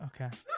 Okay